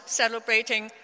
celebrating